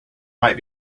might